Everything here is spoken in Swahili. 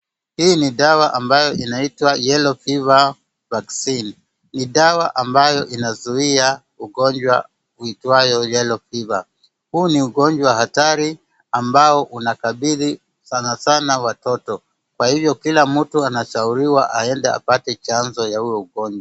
Hii ni dawa ambayo inaitwa yellow fever vaccine .Ni dawa ambayo inazuia ugonjwa uitwayo yellow fever .Huu ni ugonjwa hatari ambao unakabidhi sana sana watoto. Kwa kila mtu anashauriwa aende apate chanjo ya huyo ugonjwa.